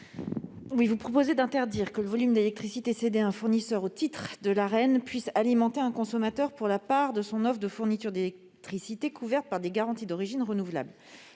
vous proposez d'interdire que le volume d'électricité cédé à un fournisseur au titre de l'Arenh puisse alimenter un consommateur pour la part de son offre de fourniture d'électricité couverte par des garanties d'origine renouvelable.